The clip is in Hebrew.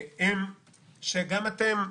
שגם אתם,